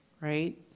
right